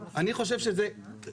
אני חושב שכן,